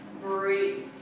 Breathe